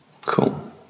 Cool